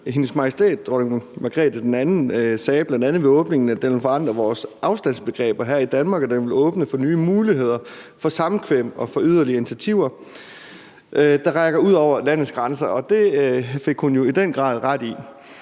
Hendes Majestæt Dronning Margrethe II sagde bl.a. ved åbningen, at den ville forandre vores afstandsbegreb her i Danmark, og at den ville åbne for nye muligheder for samkvem og for yderligere initiativer, der rakte ud over landets grænser. Og det fik hun jo i den grad ret i.